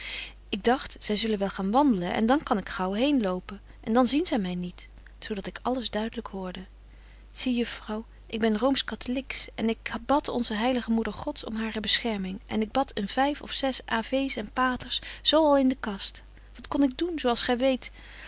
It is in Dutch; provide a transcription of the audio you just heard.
ik dagt zy zullen wel gaan wandelen en dan kan ik gaauw heen lopen en dan zien zy my niet zo dat ik alles duidelyk hoorde zie juffrouw ik ben rooms kattelyks en ik bad onze heilige moeder gods om hare bescherming en ik bad een vyf of zes aves en paters zo al in de kast wat kon ik doen zo als gy weet